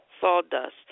sawdust